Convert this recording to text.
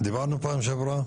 דיברנו פעם שעברה,